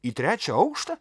į trečią aukštą